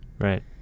right